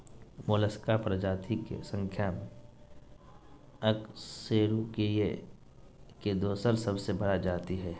Mollusca प्रजाति के संख्या में अकशेरूकीय के दोसर सबसे बड़ा जाति हइ